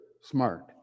smart